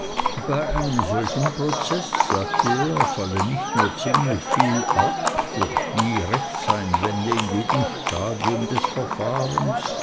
bei einem solchen prozeß sagte er falle nicht nur ziemlich viel ab durch die rechtseinwände in jedem stadium des verfahrens